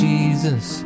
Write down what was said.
Jesus